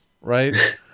right